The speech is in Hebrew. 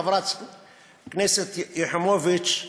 חברת הכנסת יחימוביץ,